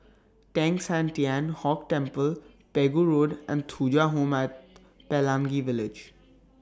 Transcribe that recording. Teng San Tian Hock Temple Pegu Road and Thuja Home At Pelangi Village